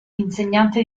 insegnante